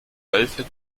wölfe